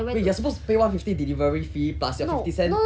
wait you are supposed to pay one fifty delivery fee plus your fifty cents